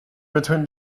between